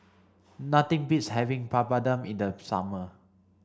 nothing beats having Papadum in the summer